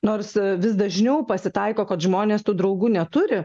nors vis dažniau pasitaiko kad žmonės tų draugų neturi